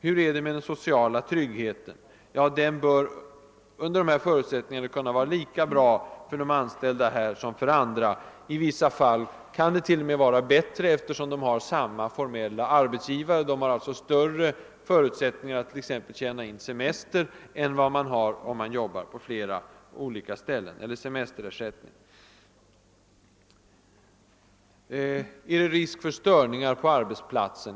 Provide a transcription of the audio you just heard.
Hur är det med den sociala tryggheten? Den bör under dessa förutsättningar kunna vara lika bra för de. anställda här som för andra. I vissa fall kan den t.o.m. vara bättre, eftersom de har samma formella arbetsgivare och alltså har större förutsättningar attt.ex. tjäna in semesterersättning än om de arbetar på flera olika ställen under kort tid. Är det risk för störningar på arbetsplatsen?